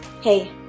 Hey